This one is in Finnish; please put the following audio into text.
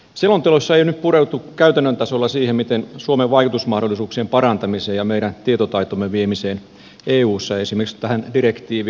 selonteossa ei nyt pureuduttu käytännön tasolla suomen vaikutusmahdollisuuksien parantamiseen ja meidän tietotaitomme viemiseen eussa esimerkiksi tähän direktiivien erilaiseen valmisteluun